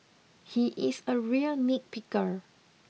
he is a real nitpicker